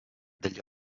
degli